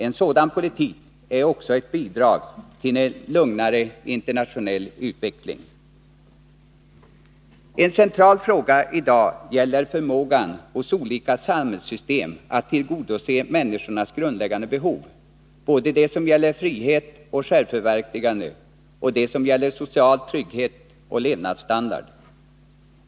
En sådan politik är också ett bidrag till en lugnare internationell utveckling. En central fråga i dag gäller förmågan hos olika samhällssystem att tillgodose människornas grundläggande behov, både de som gäller frihet och självförverkligande och de som gäller social trygghet och levnadsstandard.